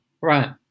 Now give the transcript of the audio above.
Right